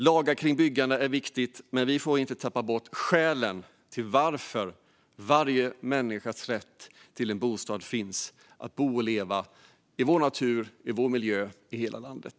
Lagar kring byggande är viktigt, men vi får inte tappa bort skälet till att bygga: varje människas rätt till en bostad och till att bo och leva i vår natur, i vår miljö, i hela landet.